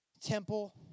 temple